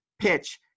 pitch